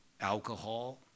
Alcohol